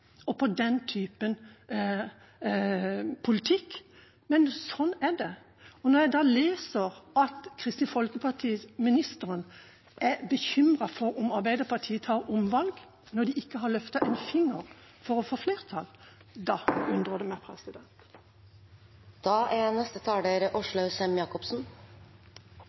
og den type politikk, men slik er det. Når jeg leser at Kristelig Folkeparti-ministeren er bekymret for at Arbeiderpartiet vil ta omkamp, når de ikke har løftet en finger for å få flertall, undrer det